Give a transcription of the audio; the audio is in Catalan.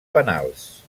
penals